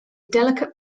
delicate